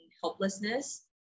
helplessness